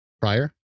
prior